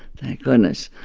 thank goodness.